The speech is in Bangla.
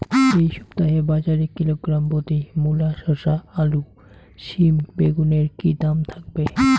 এই সপ্তাহে বাজারে কিলোগ্রাম প্রতি মূলা শসা আলু সিম বেগুনের কী দাম থাকবে?